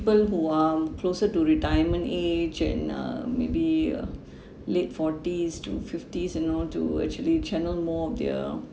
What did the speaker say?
people who are closer to retirement age and uh maybe uh late forties to fifties you know to actually channel more of their